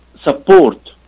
support